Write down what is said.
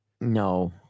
No